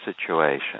situation